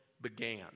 began